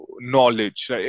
knowledge